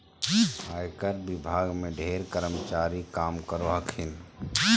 आयकर विभाग में ढेर कर्मचारी काम करो हखिन